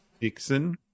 Dixon